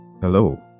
Hello